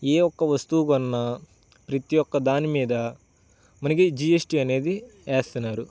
ఏ ఒక్క వస్తువు కొన్నా ప్రతి ఒక్క దాని మీద మనకి జీ ఎస్ టీ అనేది వేస్తున్నారు